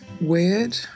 weird